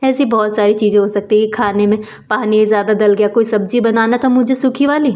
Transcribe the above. ऐसी बहुत सारी चीज़ें हो सकती है खाने में पानी ज़्यादा दल गया कोई सब्ज़ी बनाना था मुझे सूखी वाली